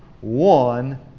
One